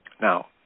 Now